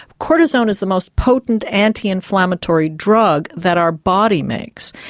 cortisone is the most potent anti-inflammatory drug that our body makes.